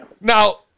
Now